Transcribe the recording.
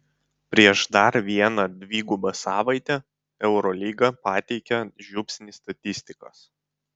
prieš dar vieną dvigubą savaitę eurolyga pateikia žiupsnį statistikos